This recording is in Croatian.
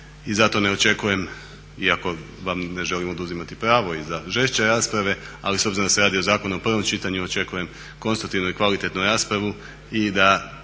i zato ne očekujem iako vam ne želim oduzimati pravo i za žešće rasprave, ali s obzirom da se radi o zakonu u prvom čitanju očekujem konstruktivnu i kvalitetnu raspravu i da